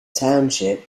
township